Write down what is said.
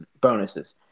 bonuses